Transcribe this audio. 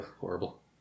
Horrible